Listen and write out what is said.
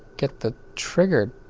get the. trigger,